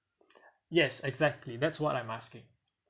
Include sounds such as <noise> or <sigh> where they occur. <noise> yes exactly that's what I'm asking